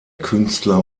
künstler